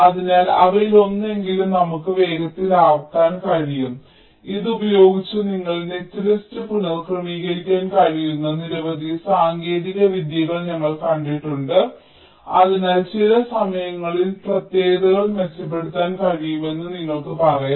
അതിനാൽ അവയിലൊന്നെങ്കിലും നമുക്ക് വേഗത്തിലാക്കാൻ കഴിയും ഇതുപയോഗിച്ച് നിങ്ങൾക്ക് നെറ്റ്ലിസ്റ്റ് പുനക്രമീകരിക്കാൻ കഴിയുന്ന നിരവധി സാങ്കേതിക വിദ്യകൾ ഞങ്ങൾ കണ്ടിട്ടുണ്ട് അതിനാൽ ചില സമയങ്ങളിൽ പ്രത്യേകതകൾ മെച്ചപ്പെടുത്താൻ കഴിയുമെന്ന് നിങ്ങൾക്ക് പറയാം